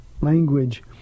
language